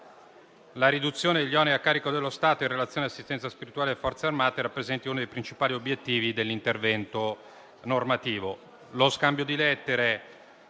la riduzione degli oneri a carico dello Stato in relazione all'assistenza spirituale alle Forze armate rappresenti uno dei principali obiettivi dell'intervento normativo.